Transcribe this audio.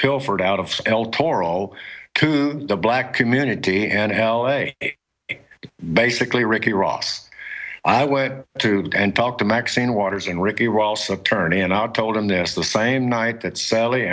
pilfered out of el toro to the black community and l a basically ricky ross i went to talk to maxine waters and ricky ross of tourney and i told him this the same night that sally